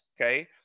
Okay